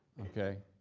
okay?